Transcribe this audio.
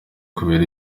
kubera